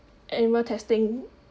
animal testing